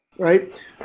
Right